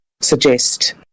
suggest